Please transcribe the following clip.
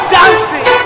dancing